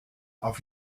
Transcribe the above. auf